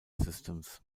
systems